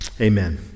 Amen